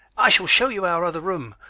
i shall show you our other room.